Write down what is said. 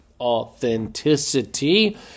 authenticity